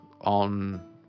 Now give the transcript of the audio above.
on